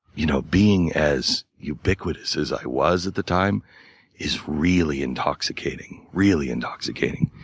you know being as ubiquitous as i was at the time is really intoxicating really intoxicating.